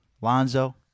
Lonzo